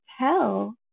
tell